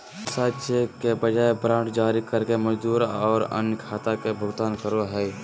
व्यवसाय चेक के बजाय वारंट जारी करके मजदूरी और अन्य खाता के भुगतान करो हइ